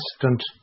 constant